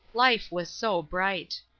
life was so bright.